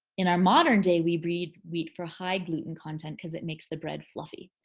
in our modern day we breed wheat for high gluten content cause it makes the bread fluffy.